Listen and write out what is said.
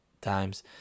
times